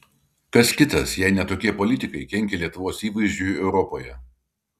kas kitas jei ne tokie politikai kenkia lietuvos įvaizdžiui europoje